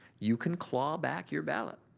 you can claw back your ballot.